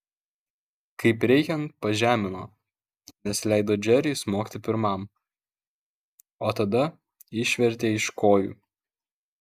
kaip reikiant pažemino nes leido džeriui smogti pirmam o tada išvertė iš kojų